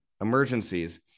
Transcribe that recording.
emergencies